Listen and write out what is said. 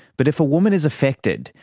but if a woman is affected,